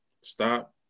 stop